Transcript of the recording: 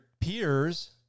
peers